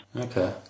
Okay